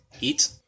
Eat